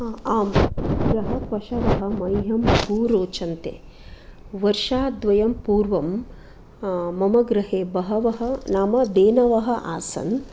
आम् गृहपशवः मह्यं बहु रोचन्ते वर्षाद्वयं पूर्वं मम गृहे बहवः नाम धेनवः आसन्